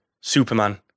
Superman